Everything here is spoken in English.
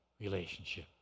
relationship